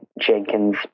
Jenkins